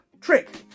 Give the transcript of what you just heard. Trick